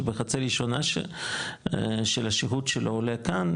שבחצי השנה הראשונה של השהות של העולה כאן,